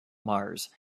mars